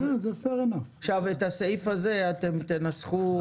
עכשיו את הסעיף הזה אתם תנסחו,